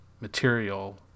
material